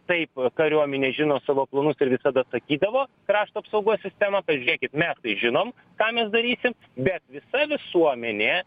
taip kariuomenė žino savo planus ir visada sakydavo krašto apsaugos sistema pažiūrėkit mes žinom ką mes darysim bet visa visuomenė